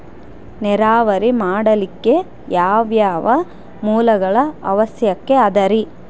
ನೇರಾವರಿ ಮಾಡಲಿಕ್ಕೆ ಯಾವ್ಯಾವ ಮೂಲಗಳ ಅವಶ್ಯಕ ಅದರಿ?